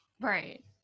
Right